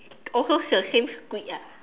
also say the same squid ah